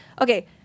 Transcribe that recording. Okay